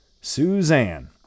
Suzanne